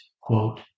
quote